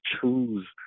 choose